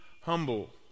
humble